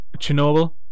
Chernobyl